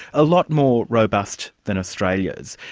a lot more robust than australia's.